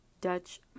Dutch